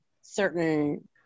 certain